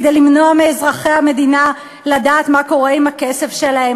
כדי למנוע מאזרחי המדינה לדעת מה קורה עם הכסף שלהם.